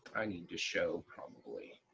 i need to show probably.